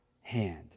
hand